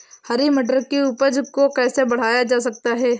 हरी मटर की उपज को कैसे बढ़ाया जा सकता है?